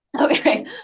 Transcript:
Okay